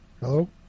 hello